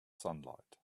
sunlight